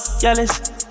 jealous